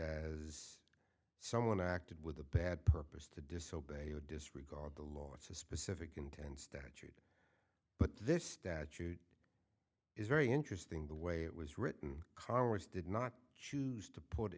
as someone acted with a bad purpose to disobeyed disregard the law it's a specific intent but this statute is very interesting the way it was written congress did not choose to put i